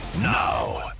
now